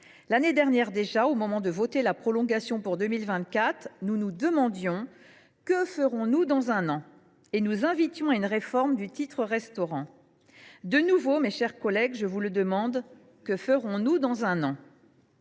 L’année dernière déjà, au moment de voter la prolongation de la dérogation pour 2024, nous nous demandions ce que nous ferions dans un an et nous invitions à une réforme du titre restaurant. De nouveau, mes chers collègues, je vous le demande : que ferons nous dans un an ?